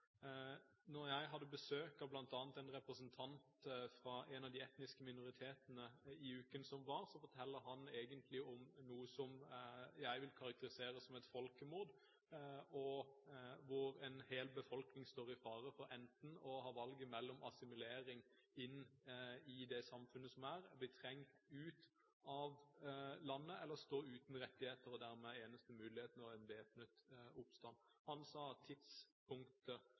Jeg hadde besøk av bl.a. en representant fra en av de etniske minoritetene i uken som var, og han fortalte noe som jeg vil karakterisere som et folkemord, at en hel befolkning står i fare for enten assimilering i det samfunnet som er, bli presset ut av landet, eller stå uten rettigheter – og dermed er eneste mulighet nå en væpnet oppstand. Han sa